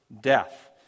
death